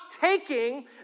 taking